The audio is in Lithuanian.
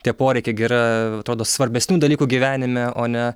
tie poreikiai gi yra atrodo svarbesnių dalykų gyvenime o ne